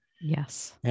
Yes